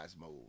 mode